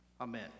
amen